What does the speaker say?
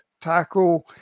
tackle